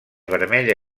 vermella